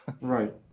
Right